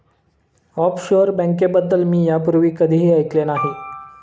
offshore बँकेबद्दल मी यापूर्वी कधीही ऐकले नाही